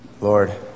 Lord